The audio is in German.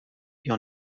wir